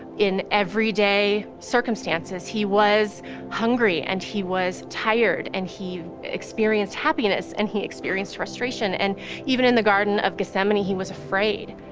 in everyday circumstances, he was hungry, and he was tired, and he experienced happiness, and he experienced frustration, and even in the garden of gethsemane, he was afraid.